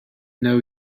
know